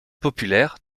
populaires